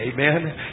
Amen